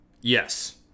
Yes